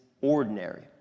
ordinary